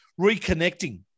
reconnecting